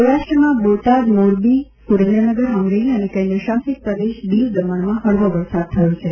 સૌરાષ્ટ્રમાં બોટાદ મોરબી સુરેન્દ્રનગર અમરેલી અને કેન્દ્રશાસિત પ્રદેશ દીવદમણમાં હળવો વરસાદ થયો છે